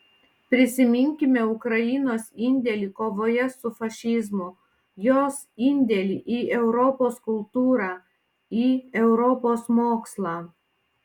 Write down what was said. prisiminkime ukrainos indėlį kovoje su fašizmu jos indėlį į europos kultūrą į europos mokslą